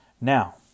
Now